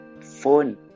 phone